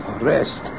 rest